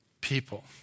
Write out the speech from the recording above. people